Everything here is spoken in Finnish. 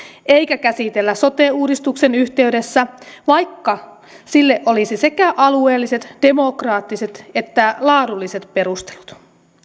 sitä käsitellä sote uudistuksen yhteydessä vaikka sille olisi sekä alueelliset demokraattiset että laadulliset perustelut